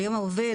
ליום העובד,